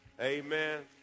Amen